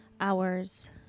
hours